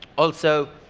also,